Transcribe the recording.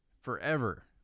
forever